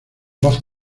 voz